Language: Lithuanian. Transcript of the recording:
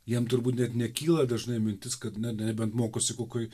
jam turbūt net nekyla dažnai mintis kad na nebent mokosi kokioj